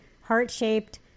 heart-shaped